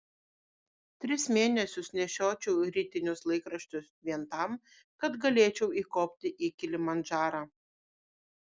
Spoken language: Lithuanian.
tris mėnesius nešiočiau rytinius laikraščius vien tam kad galėčiau įkopti į kilimandžarą